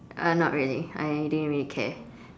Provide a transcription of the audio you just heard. uh not really I didn't really care